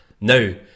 Now